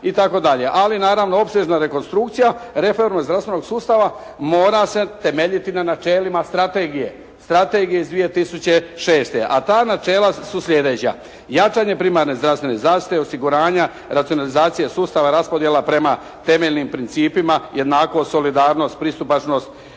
Ali naravno opsežna rekonstrukcija, reforma zdravstvenog sustava mora se temeljiti na načelima strategije, strategije iz 2006. a ta načela su sljedeća: jačanje primarne zdravstvene zaštite, osiguranja, racionalizacije sustava, raspodjela prema temeljnim principima, jednakost, solidarnost, pristupačnost